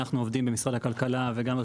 אנחנו עובדים עם משרד הכלכלה וגם עם